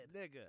Nigga